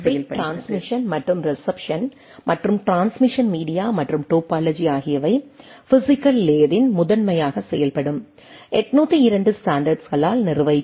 bit transmission மற்றும் reception மற்றும் transmission media மற்றும் டோபாலஜி ஆகியவை பிஸிக்கல் லேயரின் முதன்மையாக செயல்படும் 802 ஸ்டாண்டர்ட்ஸ்களால் நிர்வகிக்கப்படும்